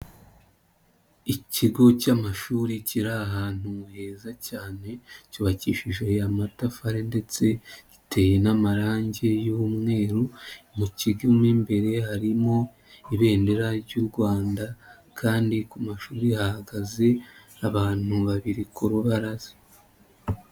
Ikigo cy'amashuri kiri ahantu heza cyane, cyubakishije aya matafari ndetse giteye n'amarangi y'umweru, mu kigo nimbere harimo ibendera ry'u Rwanda, kandi ku mashuri hahagaze abantu babiri ku rubaraza.